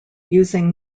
using